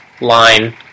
line